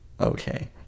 okay